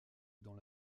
dans